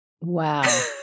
Wow